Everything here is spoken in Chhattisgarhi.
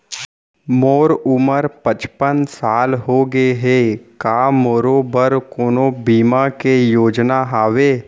मोर उमर पचपन साल होगे हे, का मोरो बर कोनो बीमा के योजना हावे?